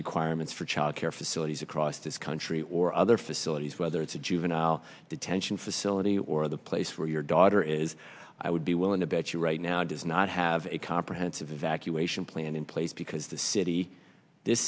requirements for child care facilities across this country or other facilities whether it's a juvenile detention facility or the place where your daughter is i would be willing to bet you right now does not have a comprehensive accusation plan in place because the city th